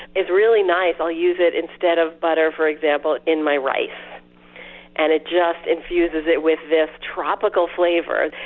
is really nice. i'll use it instead of butter, for example, in my rice and it just infuses it with this tropical flavor.